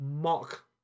mock